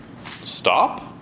Stop